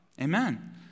Amen